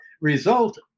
result